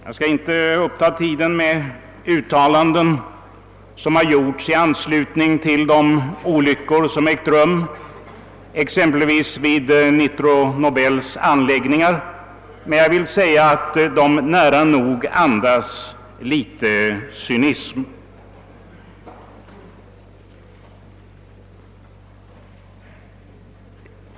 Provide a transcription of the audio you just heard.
Jag skall inte uppta tiden med att citera de uttalanden som gjorts i anslutning till de olyckor som inträffat, exempelvis vid Nitro Nobels anläggningar. Men jag vill säga att dessa uttalanden nära nog andas litet cynism.